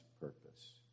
purpose